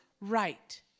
right